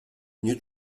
nie